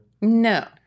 No